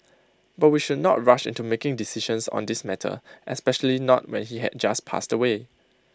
but we should not rush into making decisions on this matter especially not when he had just passed away